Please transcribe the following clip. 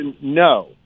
No